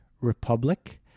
Republic